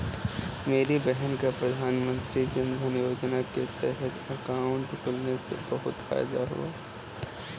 मेरी बहन का प्रधानमंत्री जनधन योजना के तहत अकाउंट खुलने से बहुत फायदा हुआ है